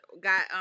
got